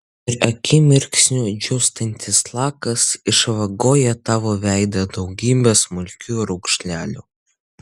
ir akimirksniu džiūstantis lakas išvagoja tavo veidą daugybe smulkių raukšlelių